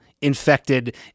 infected